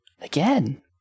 again